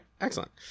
excellent